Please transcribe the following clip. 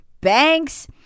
banks